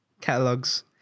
catalogs